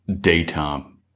Daytime